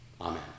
Amen